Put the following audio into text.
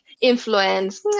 influence